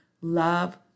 love